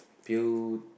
pill